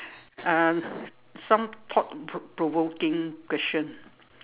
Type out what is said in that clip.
uh some thought pr~ provoking question